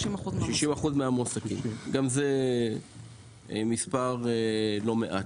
גם זה לא מעט.